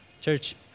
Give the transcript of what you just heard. Church